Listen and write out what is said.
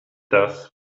das